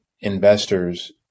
investors